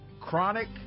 chronic